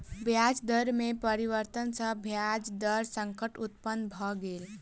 ब्याज दर में परिवर्तन सॅ ब्याज दर संकट उत्पन्न भ गेल